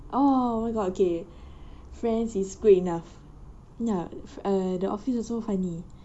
oh oh my god okay friends is good enough ya f~ uh the office also funny